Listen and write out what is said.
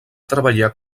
treballar